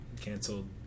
canceled